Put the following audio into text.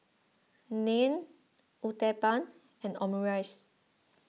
Naan Uthapam and Omurice